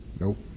Nope